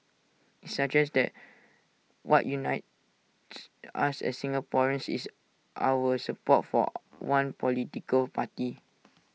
suggests that what unites us as Singaporeans is our support for one political party